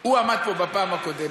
הוא עמד פה בפעם הקודמת.